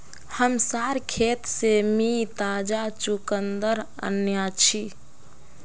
हमसार खेत से मी ताजा चुकंदर अन्याछि